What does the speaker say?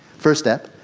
first step.